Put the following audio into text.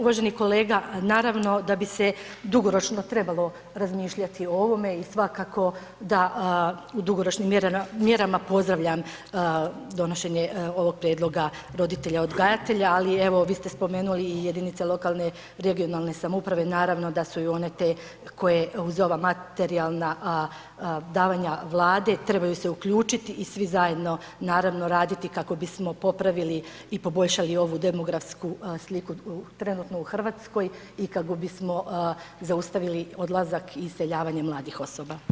Uvaženi kolega, naravno da bi se dugoročno trebalo razmišljati o ovome i svakako da u dugoročnim mjerama pozdravljam donošenje ovog prijedloga roditelja odgajatelja, ali evo vi ste spomenuli i jedinice lokalne i regionalne samouprave, naravno da su i one te koje uz ova materijalna davanja Vlade, trebaju se uključit i svi zajedno naravno raditi kako bismo popravili i poboljšali ovu demografsku sliku trenutno u RH i kako bismo zaustavili odlazak i iseljavanje mladih osoba.